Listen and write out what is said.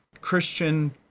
Christian